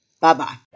Bye-bye